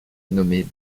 nommée